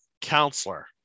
counselor